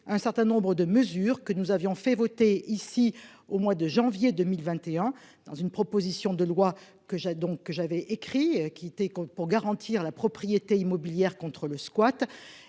un certain nombre de mesures que nous avions fait voter ici au mois de janvier 2021 dans une proposition de loi que j'ai donc j'avais écrit quitter compte pour garantir la propriété immobilière contre le squat.